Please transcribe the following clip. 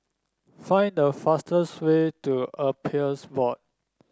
find the fastest way to Appeals Board